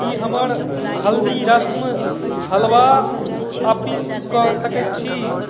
की हमर हल्दीरस्म हलवा आपिस कऽ सकैत छी